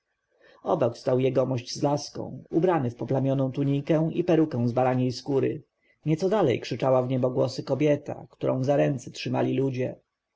obok stał jegomość z laską ubrany w poplamioną tunikę i perukę z baraniej skóry nieco dalej krzyczała w niebogłosy kobieta którą za ręce trzymali ludzie